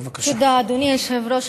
תודה, אדוני היושב-ראש.